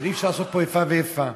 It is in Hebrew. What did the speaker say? ואי-אפשר לעשות פה איפה ואיפה.